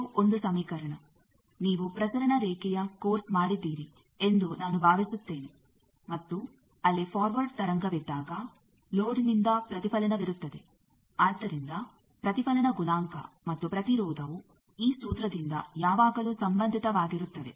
ಇದು ಒಂದು ಸಮೀಕರಣ ನೀವು ಪ್ರಸರಣ ರೇಖೆಯ ಕೋರ್ಸ್ ಮಾಡಿದ್ದೀರಿ ಎಂದು ನಾನು ಭಾವಿಸುತ್ತೇನೆ ಮತ್ತು ಅಲ್ಲಿ ಫಾರ್ವರ್ಡ್ ತರಂಗವಿದ್ದಾಗ ಲೋಡ್ನಿಂದ ಪ್ರತಿಫಲನವಿರುತ್ತದೆ ಆದ್ದರಿಂದ ಪ್ರತಿಫಲನ ಗುಣಾಂಕ ಮತ್ತು ಪ್ರತಿರೋಧವು ಈ ಸೂತ್ರದಿಂದ ಯಾವಾಗಲೂ ಸಂಬಂಧಿತವಾಗಿರುತ್ತವೆ